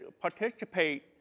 participate